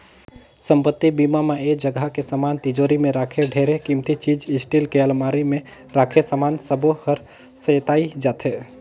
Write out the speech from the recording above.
संपत्ति बीमा म ऐ जगह के समान तिजोरी मे राखे ढेरे किमती चीच स्टील के अलमारी मे राखे समान सबो हर सेंइताए जाथे